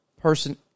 person